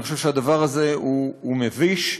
אני חושב שהדבר הזה הוא מביש,